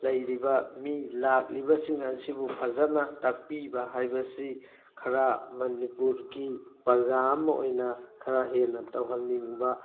ꯂꯩꯔꯤꯕ ꯃꯤ ꯂꯥꯛꯂꯤꯕꯁꯤꯡ ꯑꯁꯤꯕꯨ ꯐꯖꯟꯅ ꯇꯥꯛꯄꯤꯕ ꯍꯥꯏꯕꯁꯤ ꯈꯔ ꯃꯅꯤꯄꯨꯔꯒꯤ ꯄ꯭ꯔꯖꯥ ꯑꯃ ꯑꯣꯏꯅ ꯈꯔ ꯍꯦꯟꯅ ꯇꯧꯍꯟꯅꯤꯡꯕ